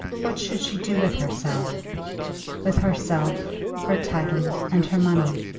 what should she do with herself with herself, her title, and her money?